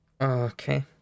Okay